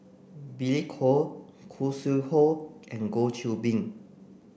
Billy Koh Khoo Sui Hoe and Goh Qiu Bin